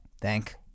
Thank